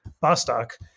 Bostock